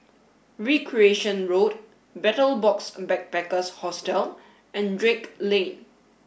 Recreation Road Betel Box Backpackers Hostel and Drake Lane